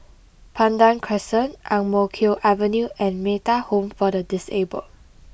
Pandan Crescent Ang Mo Kio Avenue and Metta Home for the disabled